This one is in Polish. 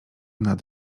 nad